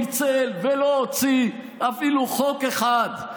לא פיצל ולא הוציא אפילו חוק אחד,